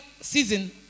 season